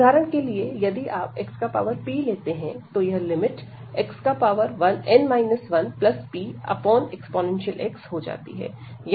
उदाहरण के लिए यदि आप xp लेते हैं तो यह लिमिट xn 1pex हो जाती है